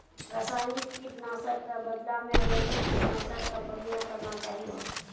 रासायनिक कीट नाशक कॅ बदला मॅ जैविक कीटनाशक कॅ प्रयोग करना चाहियो